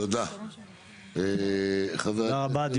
תודה רבה.